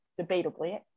debatably